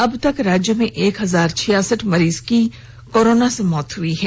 अब तक राज्य में एक हजार छियासठ मरीज की मौत कोरोना से हुई हैं